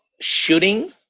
Shooting